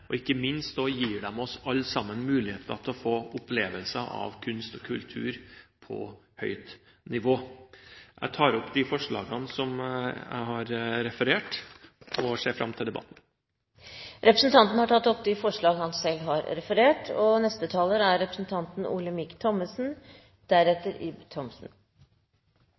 Ikke minst gir de oss alle sammen muligheter til å få opplevelser av kunst og kultur på høyt nivå. Jeg tar opp de forslagene som jeg refererte, og ser fram til debatten. Representanten Øyvind Håbrekke har tatt opp de forslag han refererte til. Jeg slutter meg til saksordførerens betraktninger om dette, og jeg synes det er